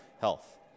Health